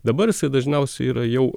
dabar dažniausiai yra jau